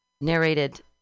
narrated